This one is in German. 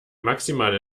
maximale